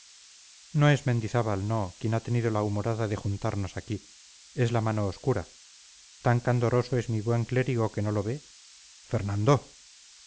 no es mendizábal no quien ha tenido la humorada de juntarnos aquí es la mano oculta tan candoroso es mi buen clérigo que no lo ve fernando